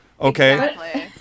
Okay